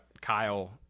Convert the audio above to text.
Kyle